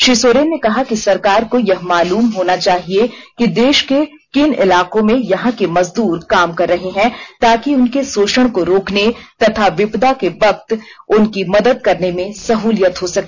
श्री सोरेन ने कहा कि सरकार को यह मालूम होना चाहिए कि देश के किन इलाको में यहां के मजदूर काम कर रहे हैं ताकि उनके शोषण को रोकने तथा विपदा के वक्त उनकी मदद करने मे सह्लियत हो सके